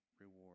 reward